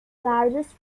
largest